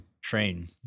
train